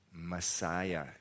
Messiah